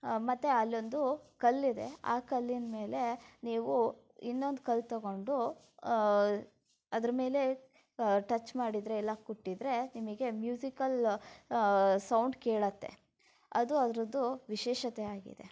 ಮತ್ತು ಅಲ್ಲೊಂದು ಕಲ್ಲಿದೆ ಆ ಕಲ್ಲಿನ ಮೇಲೆ ನೀವು ಇನ್ನೊಂದು ಕಲ್ಲು ತೊಗೊಂಡು ಅದರಮೇಲೆ ಟಚ್ ಮಾಡಿದರೆ ಇಲ್ಲ ಕುಟ್ಟಿದರೆ ನಿಮಗೆ ಮ್ಯೂಸಿಕಲ್ ಸೌಂಡ್ ಕೇಳತ್ತೆ ಅದು ಅದರದ್ದು ವಿಶೇಷತೆ ಆಗಿದೆ